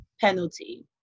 penalty